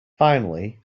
finally